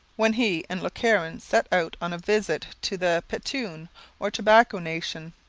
when he and le caron set out on a visit to the petun or tobacco nation,